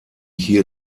hier